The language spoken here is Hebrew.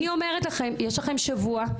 אני אומרת לכם, יש לכם שבוע.